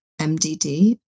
MDD